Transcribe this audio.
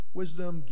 wisdom